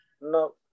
No